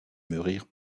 mûrir